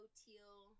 teal